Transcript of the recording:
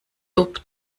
lob